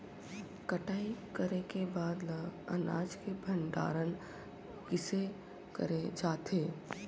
कटाई करे के बाद ल अनाज के भंडारण किसे करे जाथे?